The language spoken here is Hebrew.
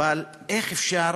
אבל איך אפשר,